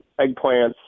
eggplants